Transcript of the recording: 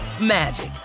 magic